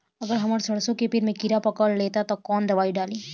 अगर हमार सरसो के पेड़ में किड़ा पकड़ ले ता तऽ कवन दावा डालि?